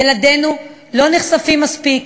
ילדינו לא נחשפים מספיק